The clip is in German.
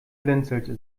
blinzelte